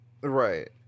Right